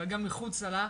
אבל גם מחוצה לה.